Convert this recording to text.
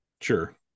Sure